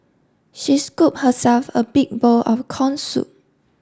she scooped herself a big bowl of corn soup